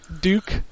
Duke